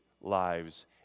lives